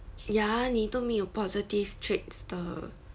ya 你都没有 positive traits 的